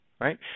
right